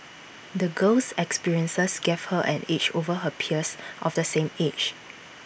the girl's experiences gave her an edge over her peers of the same age